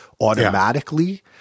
Automatically